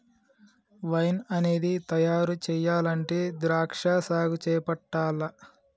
wine అనేది తయారు చెయ్యాలంటే ద్రాక్షా సాగు చేపట్టాల్ల